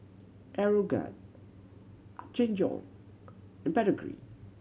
Aeroguard Apgujeong and Pedigree